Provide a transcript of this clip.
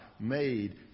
made